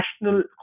national